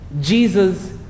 Jesus